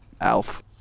Alf